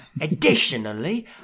Additionally